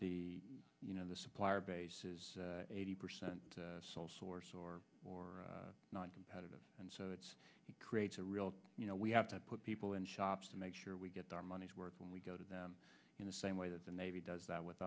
the you know the supplier base is eighty percent sole source or or not competitive and so it's creates a real you know we have to put people in shops to make sure we get our money's worth when we go to them in the same way that the navy does that with